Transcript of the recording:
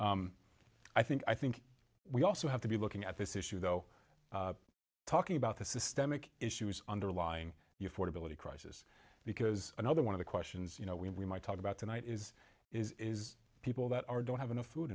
i think i think we also have to be looking at this issue though talking about the systemic issues underlying you for debility crisis because another one of the questions you know we might talk about tonight is is people that are don't have enough food